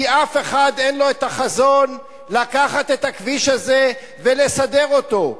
כי אף אחד אין לו החזון לקחת את הכביש הזה ולסדר אותו.